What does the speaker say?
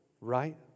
right